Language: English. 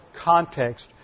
context